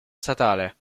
statale